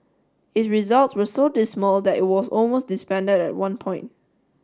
its results were so dismal that it was almost disbanded at one point